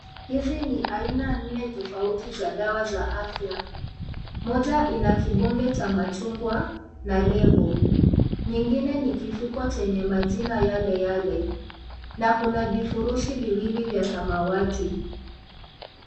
Hizi ni aina nne tofauti za dawa za afya, moja ina kibonge cha machungwa na lebo nyingine ni kifuko chenye majina yale yale na kuna vifurishi viwili vya samawati.